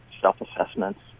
self-assessments